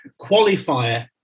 qualifier